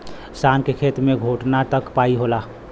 शान के खेत मे घोटना तक पाई होला